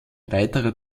weiterer